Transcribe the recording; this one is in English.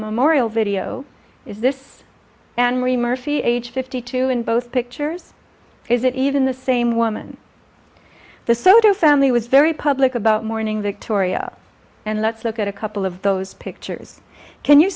memorial video is this and marie murphy age fifty two in both pictures is it even the same woman the soto family was very public about mourning that toria and let's look at a couple of those pictures can you